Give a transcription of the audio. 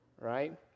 right